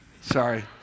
Sorry